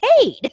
paid